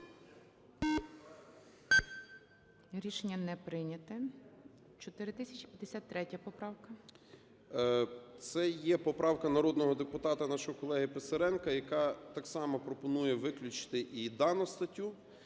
Рішення не прийнято. 4053 поправка. 16:21:40 СИДОРОВИЧ Р.М. Це є поправка народного депутата, нашого колеги Писаренка, яка так само пропонує виключити і дану статтю.